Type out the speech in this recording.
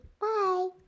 Bye